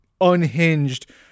unhinged